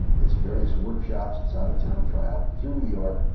its various workshops, its out-of-town tryout, through new york.